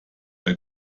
bei